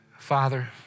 Father